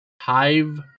Hive